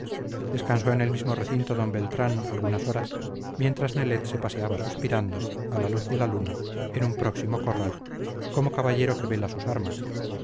descansó en el mismo recinto d beltrán algunas horas mientras nelet se paseaba suspirando a la luz de la luna en un próximo corral como caballero que vela sus armas